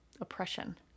oppression